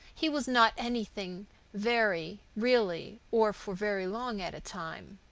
he was not anything very really or for very long at a time.